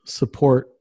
support